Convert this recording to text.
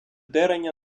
тереня